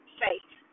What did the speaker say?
faith